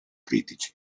critici